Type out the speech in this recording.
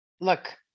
look